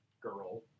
girl